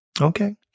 Okay